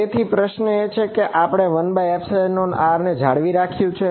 તેથી પ્રશ્ન એ છે કે શા માટે આપણે 1r ને જાળવી રાખ્યું છે